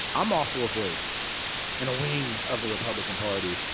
i'm also a voice in a wing of the republican party.